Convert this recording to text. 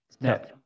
No